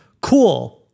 Cool